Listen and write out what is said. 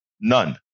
None